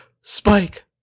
Spike